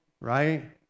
right